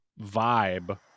vibe